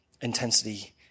Intensity